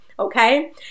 Okay